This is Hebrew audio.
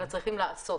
אלא צריכים לעשות.